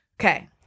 Okay